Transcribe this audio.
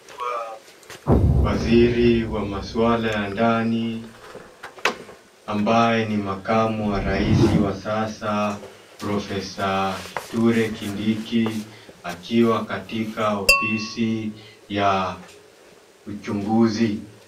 Waziri wa maswala ya ndani ambaye ni makamu wa raisi wa sasa Profesa Kithure Kindiki, akiwa katika ofisi ya uchunguzi.